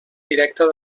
directa